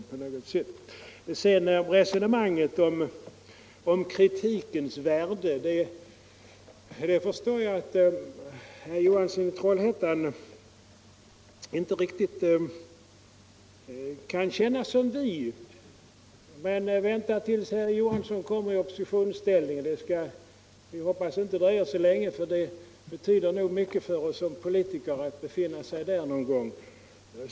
När det gäller mitt påstående om kritikens värde förstår jag att herr Johansson i Trollhättan inte riktigt kan känna som vi. Men vänta tills herr Johansson kommer i opposition. Vi skall hoppas att det inte dröjer så länge, för det betyder mycket för oss politiker att vi befinner oss där någon gång.